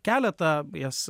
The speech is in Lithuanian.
keletą jas